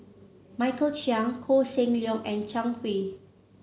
Michael Chiang Koh Seng Leong and Zhang Hui